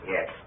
Yes